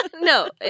No